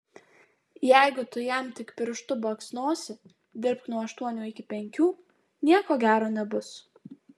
o jeigu tu jam tik pirštu baksnosi dirbk nuo aštuonių iki penkių nieko gero nebus